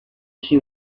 she